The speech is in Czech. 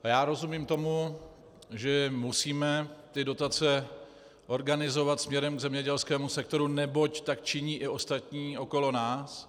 Já rozumím tomu, že musíme ty dotace organizovat směrem k zemědělskému sektoru, neboť tak činí i ostatní okolo nás.